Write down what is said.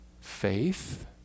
faith